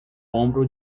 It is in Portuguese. ombro